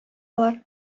алар